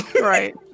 right